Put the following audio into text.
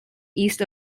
east